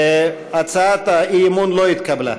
הצעת האי-אמון לא נתקבלה.